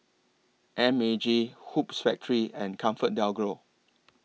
M A G Hoops Factory and ComfortDelGro